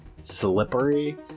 slippery